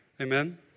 Amen